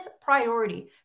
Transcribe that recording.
priority